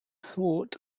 thought